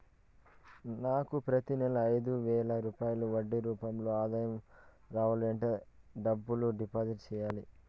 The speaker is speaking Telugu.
నాకు ప్రతి నెల ఐదు వేల రూపాయలు వడ్డీ రూపం లో ఆదాయం రావాలంటే ఎంత డబ్బులు డిపాజిట్లు సెయ్యాలి?